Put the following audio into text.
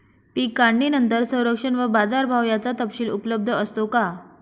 पीक काढणीनंतर संरक्षण व बाजारभाव याचा तपशील उपलब्ध असतो का?